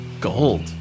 gold